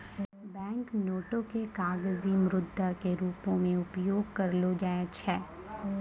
bank नोटो के कागजी मुद्रा के रूपो मे उपयोग करलो जाय छै